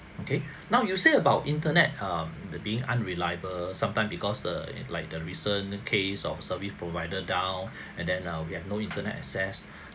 okay now you say about internet um the being unreliable sometime because err like the recent case of service provider down and then err we have no internet access